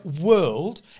world